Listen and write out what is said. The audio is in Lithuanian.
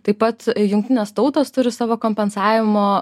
taip pat jungtinės tautos turi savo kompensavimo